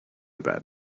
bed